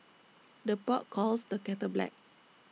the pot calls the kettle black